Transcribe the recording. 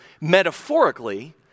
metaphorically